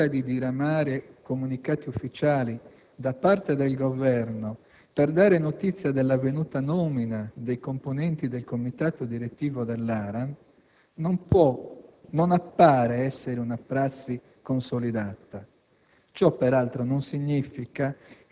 Inoltre, si osserva che quella di diramare comunicati ufficiali da parte del Governo per dare notizia dell'avvenuta nomina dei componenti del Comitato direttivo dell'ARAN non appare essere una «prassi consolidata».